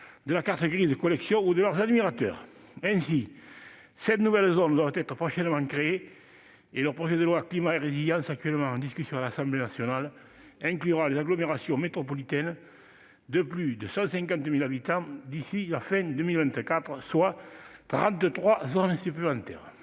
de la carte grise « véhicule de collection » et de leurs admirateurs. Ainsi, sept nouvelles zones doivent être prochainement créées, tandis que le projet de loi Climat et résilience, actuellement en discussion à l'Assemblée nationale, ajoutera les agglomérations métropolitaines de plus de 150 000 habitants d'ici à la fin de 2024, soit trente-trois zones supplémentaires.